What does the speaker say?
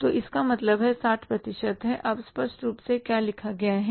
तो इसका मतलब 60 प्रतिशत है अब स्पष्ट रूप से क्या लिखा गया है